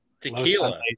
Tequila